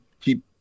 keep